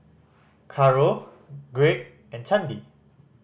Caro Gregg and Candi